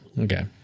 Okay